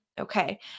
Okay